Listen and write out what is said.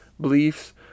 beliefs